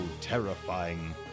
terrifying